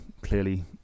clearly